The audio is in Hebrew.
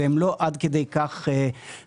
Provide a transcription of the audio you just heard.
והם לא עד כדי כך מאכזבים.